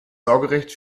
sorgerecht